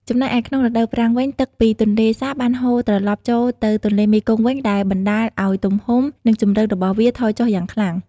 ចំណែកឯក្នុងរដូវប្រាំងវិញ ទឹកពីទន្លេសាបបានហូរត្រឡប់ចូលទៅទន្លេមេគង្គវិញ ដែលបណ្តាលឲ្យទំហំ និងជម្រៅរបស់វាថយចុះយ៉ាងខ្លាំង។